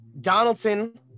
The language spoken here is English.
Donaldson